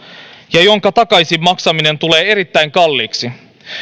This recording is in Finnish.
ja jonka takaisin maksaminen tulee erittäin kalliiksi